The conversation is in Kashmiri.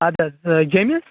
اَدٕ حظ جیٚمِس